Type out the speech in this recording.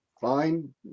fine